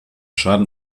schaden